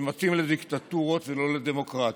שמתאים לדיקטטורות ולא לדמוקרטיות.